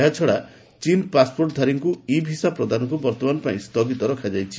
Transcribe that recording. ଏହାଛଡ଼ା ଚୀନ୍ ପାସ୍ପୋର୍ଟ୍ଧାରୀଙ୍କୁ ଇ ଭିସା ପ୍ରଦାନକୁ ବର୍ତ୍ତମାନ ପାଇଁ ସ୍ଥଗିତ ରଖାଯାଇଛି